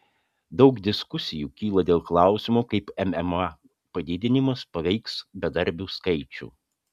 daug diskusijų kyla dėl klausimo kaip mma padidinimas paveiks bedarbių skaičių